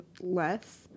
less